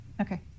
Okay